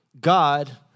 God